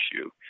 issue